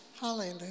Hallelujah